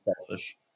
selfish